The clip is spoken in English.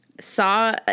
Saw